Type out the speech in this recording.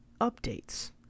updates